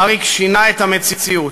אריק שינה את המציאות.